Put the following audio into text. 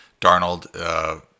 Darnold –